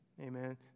amen